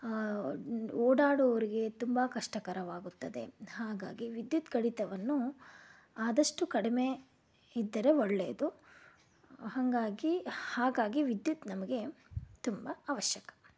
ಓಡಾಡುವವರಿಗೆ ತುಂಬ ಕಷ್ಟಕರವಾಗುತ್ತದೆ ಹಾಗಾಗಿ ವಿದ್ಯುತ್ ಕಡಿತವನ್ನು ಆದಷ್ಟು ಕಡಿಮೆ ಇದ್ದರೆ ಒಳ್ಳೆಯದು ಹಂಗಾಗಿ ಹಾಗಾಗಿ ವಿದ್ಯುತ್ ನಮಗೆ ತುಂಬಾ ಅವಶ್ಯಕ